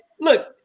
Look